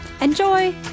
Enjoy